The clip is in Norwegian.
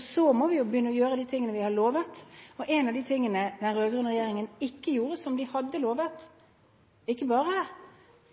Så må vi jo begynne å gjøre de tingene vi har lovet. En av tingene den rød-grønne regjeringen ikke gjorde som de hadde lovet – ikke bare